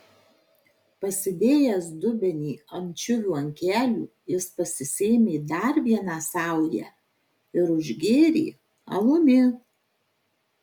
pasidėjęs dubenį ančiuvių ant kelių jis pasisėmė dar vieną saują ir užgėrė alumi